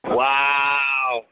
Wow